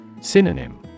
Synonym